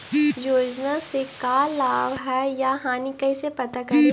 योजना से का लाभ है या हानि कैसे पता करी?